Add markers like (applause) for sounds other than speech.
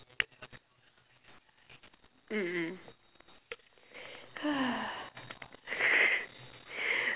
mmhmm (noise) (laughs)